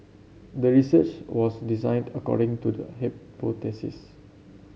the research was designed according to the hypothesis